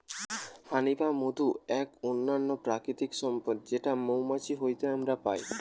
হানি বা মধু এক অনন্য প্রাকৃতিক সম্পদ যেটো মৌমাছি হইতে আমরা পাই